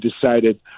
decided